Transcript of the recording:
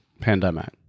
pandemic